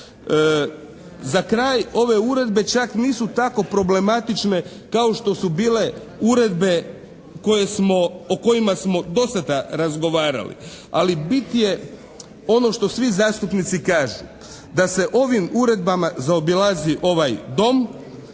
Za kraj, ove uredbe čak nisu tako problematične kao što su bile uredbe o kojima smo dosada razgovarali. Ali bit je ono što svi zastupnici kažu. Da se ovim uredbama zaobilazi ovaj Dom